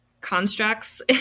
constructs